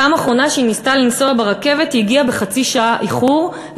בפעם האחרונה שהיא ניסתה לנסוע ברכבת היא איחרה בחצי שעה וננזפה.